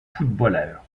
footballeur